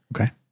Okay